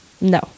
No